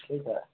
ठीक है